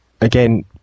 again